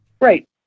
Right